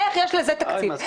איך יש לזה תקציב?